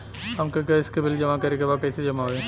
हमके गैस के बिल जमा करे के बा कैसे जमा होई?